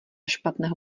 špatného